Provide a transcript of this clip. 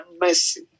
mercy